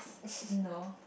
no